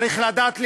צריך לדעת להילחם,